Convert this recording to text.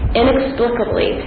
inexplicably